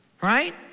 right